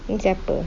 then siapa